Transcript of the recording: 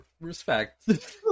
Respect